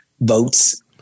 votes